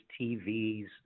TVs